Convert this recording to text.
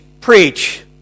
preach